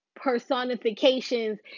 personifications